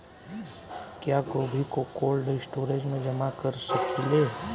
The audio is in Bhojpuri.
क्या गोभी को कोल्ड स्टोरेज में जमा कर सकिले?